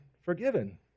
forgiven